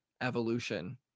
evolution